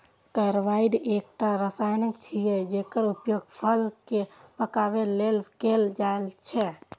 carbide एकटा रसायन छियै, जेकर उपयोग फल कें पकाबै लेल कैल जाइ छै